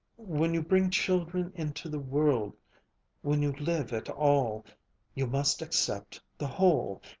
when you bring children into the world when you live at all you must accept the whole.